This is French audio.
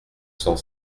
cent